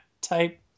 type